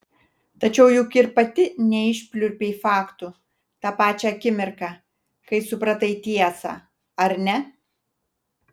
tačiau juk ir pati neišpliurpei faktų tą pačią akimirką kai supratai tiesą ar ne